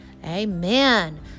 Amen